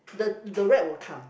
the the rat will come